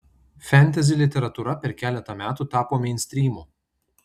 fentezi literatūra per keletą metų tapo meinstrymu